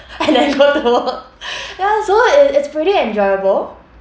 and then go to work ya so it it's pretty enjoyable